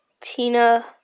Tina